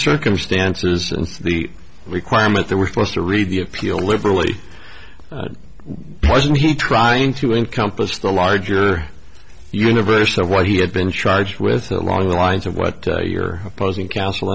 circumstances and the requirement they were forced to read the appeal liberally doesn't he trying to encompass the larger universe of what he had been charged with along the lines of what you're opposing counsel